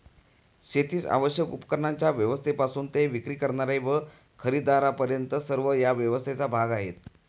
शेतीस आवश्यक उपकरणांच्या व्यवस्थेपासून ते विक्री करणारे व खरेदीदारांपर्यंत सर्व या व्यवस्थेचा भाग आहेत